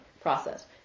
process